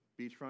Beachfront